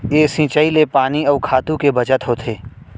ए सिंचई ले पानी अउ खातू के बचत होथे